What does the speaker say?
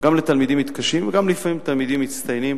גם לתלמידים מתקשים וגם לפעמים לתלמידים מצטיינים